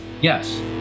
Yes